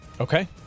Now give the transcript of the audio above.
Okay